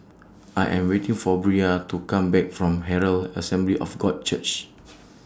I Am waiting For Bria to Come Back from Herald Assembly of God Church